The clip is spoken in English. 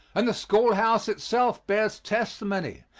and the schoolhouse itself bears testimony.